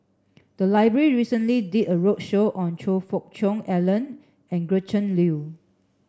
the library recently did a roadshow on Choe Fook Cheong Alan and Gretchen Liu